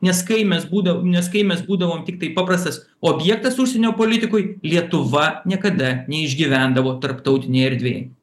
nes kai mes būdav nes kai mes būdavom tiktai paprastas objektas užsienio politikoj lietuva niekada neišgyvendavo tarptautinėj erdvėj